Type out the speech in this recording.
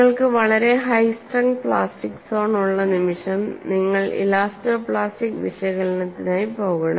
നിങ്ങൾക്ക് വളരെ high strength plastic zone ഉള്ള നിമിഷം നിങ്ങൾ ഇലാസ്റ്റോപ്ലാസ്റ്റിക് വിശകലനത്തിനായി പോകണം